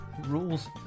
rules